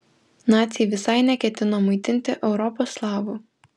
naciai visai neketino maitinti europos slavų